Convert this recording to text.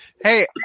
hey